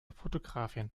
fotografin